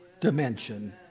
dimension